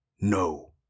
No